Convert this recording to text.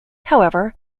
however